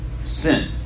Sin